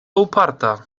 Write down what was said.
uparta